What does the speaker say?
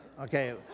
okay